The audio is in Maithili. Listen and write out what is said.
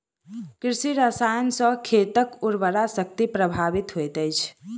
कृषि रसायन सॅ खेतक उर्वरा शक्ति प्रभावित होइत अछि